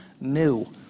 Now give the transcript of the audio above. new